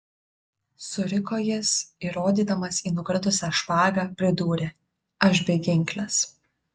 suriko jis ir rodydamas į nukritusią špagą pridūrė aš beginklis